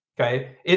Okay